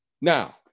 now